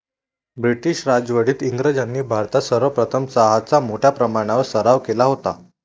British राजवटीत इंग्रजांनी भारतात सर्वप्रथम चहाचा मोठ्या प्रमाणावर सराव केला होता